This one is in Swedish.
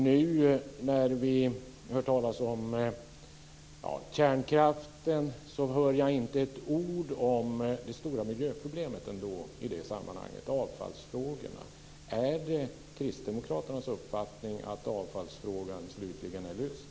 Nu när det pratas om kärnkraften hör jag inte ett ord om det stora miljöproblemet i det sammanhanget, nämligen avfallsfrågorna. Är det kristdemokraternas uppfattning att avfallsfrågan slutligen är löst?